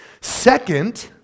Second